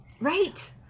Right